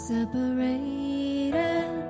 Separated